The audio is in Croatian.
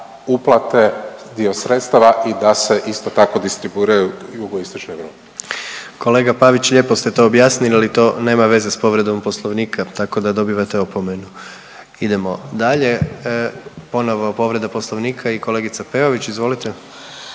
jugoistočnoj Europi. **Jandroković, Gordan (HDZ)** Kolega Pavić, lijepo ste to objasnili, to nema veze s povredom Poslovnika, tako da dobivate opomenu. Idemo dalje. Ponovo povreda Poslovnika i kolegica Peović, izvolite.